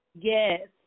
Yes